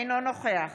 אינו נוכח